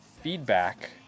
feedback